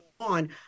on